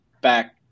back